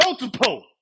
Multiple